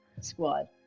squad